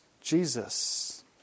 Jesus